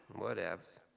Whatevs